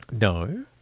No